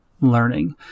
learning